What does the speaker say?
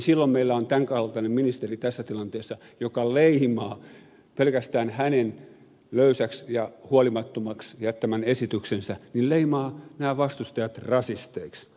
silloin meillä on tämän kaltainen ministeri tässä tilanteessa joka leimaa pelkästään löysäksi ja huolimattomaksi jättämänsä esityksen jälkeen nämä vastustajat rasisteiksi